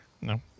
No